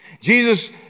Jesus